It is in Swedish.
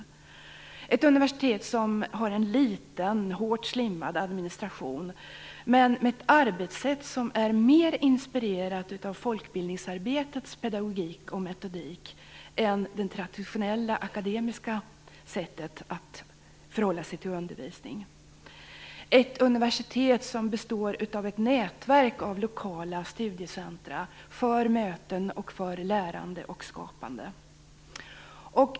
Det har en liten, hårt slimmad administration men med ett arbetssätt som är mer inspirerat av folkbildningsarbetets pedagogik och metodik än av det traditionella akademiska sättet att förhålla sig till undervisning. Det består av ett nätverk av lokala studiecentrum för möten, lärande och skapande.